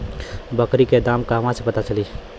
बकरी के दाम कहवा से पता चली?